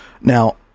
Now